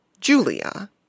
Julia